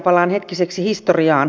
palaan hetkiseksi historiaan